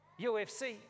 UFC